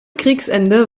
kriegsende